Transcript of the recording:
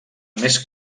més